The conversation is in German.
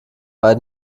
bei